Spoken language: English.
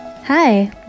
Hi